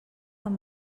amb